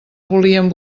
volien